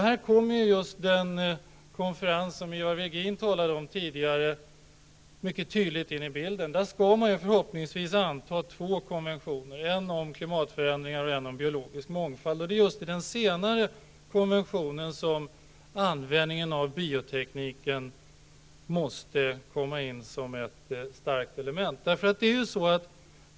I detta sammanhang kommer den konferens som Ivar Virgin tidigare talade om mycket tydligt in i bilden. På denna konferens skall förhoppningsvis två konventioner antas, en om klimatförändringar och en om biologisk mångfald. Och det är just i den senare konventionen som användningen av biotekniken måste komma in som ett starkt element.